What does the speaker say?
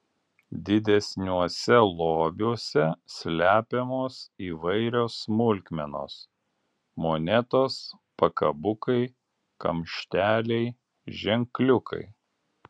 didesniuose lobiuose slepiamos įvairios smulkmenos monetos pakabukai kamšteliai ženkliukai